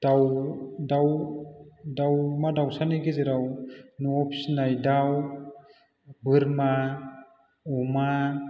दाउ दाउ दाउमा दाउसानि गेजेराव न'आव फिसिनाय दाउ बोरमा अमा